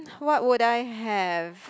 what would I have